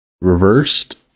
reversed